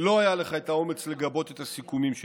ולא היה לך את האומץ לגבות את הסיכומים שלהם.